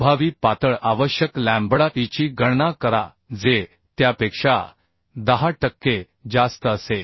प्रभावी पातळ आवश्यक लॅम्बडा ईची गणना करा जे त्यापेक्षा 10 टक्के जास्त असेल